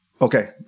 Okay